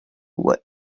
were